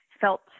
felt